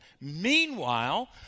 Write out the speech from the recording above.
Meanwhile